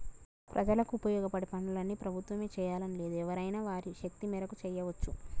ప్రజలకు ఉపయోగపడే పనులన్నీ ప్రభుత్వమే చేయాలని లేదు ఎవరైనా వారి శక్తి మేరకు చేయవచ్చు